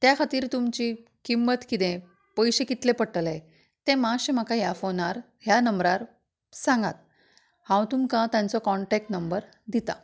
त्या खातीर तुमची किंमत कितें पयशे कितले पडटले तें मातशें म्हाका ह्या फोनार ह्या नंबरार सांगात हांव तुमकां तांचो कॉन्टेक्ट नंबर दिता